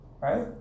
right